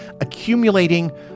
accumulating